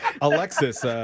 Alexis